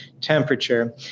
temperature